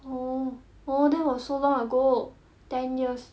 oh oh that was so long ago ten years